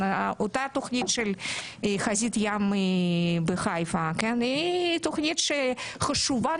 אותה התוכנית של חזית ים בחיפה היא תוכנית שחשובה